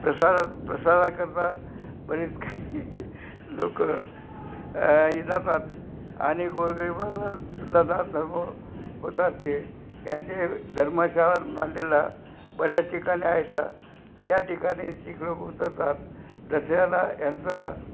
प्रासाद प्रासादाकरता बरेच काही लोक जातात आणि गोरगरीबांनासुद्धा दानधर्म होतात ते ह्यांचे धर्मशाळा नांदेडला बऱ्याच ठिकाणी आहेत त्या ठिकाणी शीख लोक उतरतात दसऱ्याला ह्यांचा